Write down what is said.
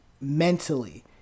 mentally